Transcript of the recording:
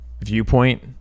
viewpoint